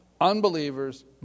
unbelievers